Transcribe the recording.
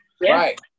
Right